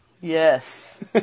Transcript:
Yes